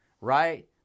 right